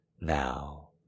Now